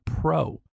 Pro